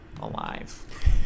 alive